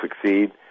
succeed